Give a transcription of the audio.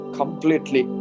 completely